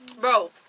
Bro